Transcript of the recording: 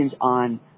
on